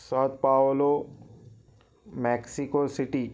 ساو Paulo Mexico city